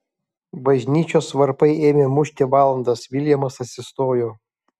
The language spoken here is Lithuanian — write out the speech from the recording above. bažnyčios varpai ėmė mušti valandas viljamas atsistojo